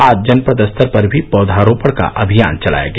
आज जनपद स्तर पर भी पौधरोपण का अभियान चलाया गया